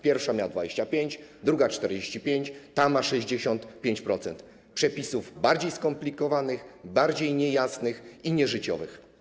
Pierwsza miała 25, druga - 45, ta ma 65% przepisów bardziej skomplikowanych, bardziej niejasnych i nieżyciowych.